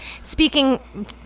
Speaking